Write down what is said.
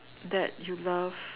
that you love